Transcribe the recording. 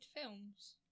films